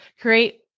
create